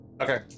Okay